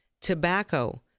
tobacco